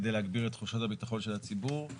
כדי להגביר את תחושת הביטחון של הציבור.